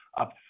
up